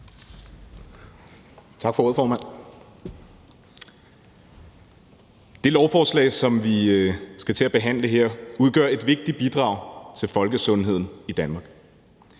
Tak for ordet, formand. Det lovforslag, som vi behandler her, udgør et vigtigt bidrag til folkesundheden i Danmark.